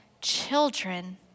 children